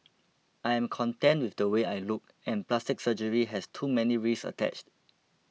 I am content with the way I look and plastic surgery has too many risks attached